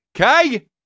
okay